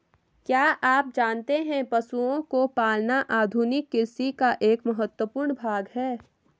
क्या आप जानते है पशुओं को पालना आधुनिक कृषि का एक महत्वपूर्ण भाग है?